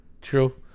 True